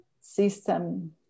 system